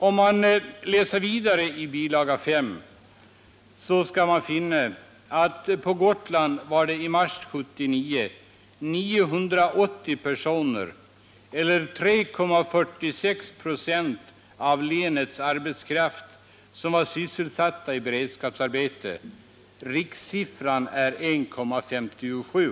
Av bilaga 5 till utskottets betänkande framgår också att det på Gotland i mars 1979 fanns 980 personer eller 3,46 96 av länets arbetskraft som var sysselsatta i beredskapsarbete. Rikssiffran är 1,57 96.